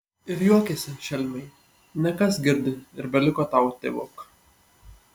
ir juokėsi šelmiai nekas girdi ir beliko tau tėvuk